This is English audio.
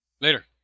Later